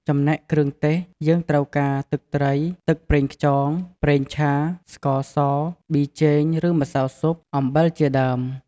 ចំណែកគ្រឿងទេស យើងត្រូវការ ទឹកត្រី ទឹកប្រេងខ្យង ប្រេងឆា ស្ករស ប៊ីចេងឬម្សៅស៊ុប អំបិលជាដើម។